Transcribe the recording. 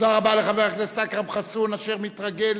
תודה רבה לחבר הכנסת אכרם חסון, אשר מתרגל